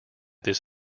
this